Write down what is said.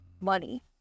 money